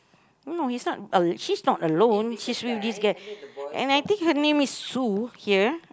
no he's not a~ she's not alone he's with this guy and I think her name is Sue here